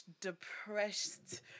depressed